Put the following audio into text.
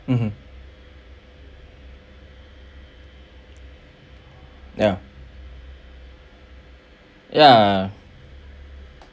mmhmm ya yeah